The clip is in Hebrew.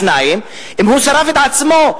2. אם הוא שרף את עצמו,